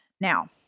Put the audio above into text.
Now